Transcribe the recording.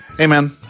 Amen